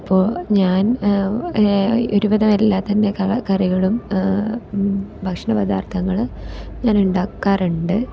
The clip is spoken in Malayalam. അപ്പോൾ ഞാൻ ഒരുവിധം എല്ലാത്തിൻ്റെ കറികളും ഭക്ഷണ പദാർത്ഥങ്ങൾ ഞാൻ ഉണ്ടാക്കാറുണ്ട്